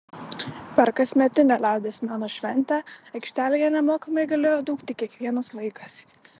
per kasmetinę liaudies meno šventę aikštelėje nemokamai galėjo dūkti kiekvienas vaikas